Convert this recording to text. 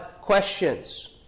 questions